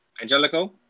Angelico